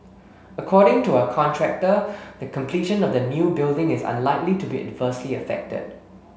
according to our contractor the completion of the new building is unlikely to be adversely affected